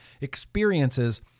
experiences